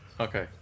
Okay